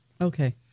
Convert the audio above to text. Okay